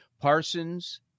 Parsons